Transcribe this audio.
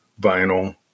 vinyl